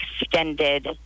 extended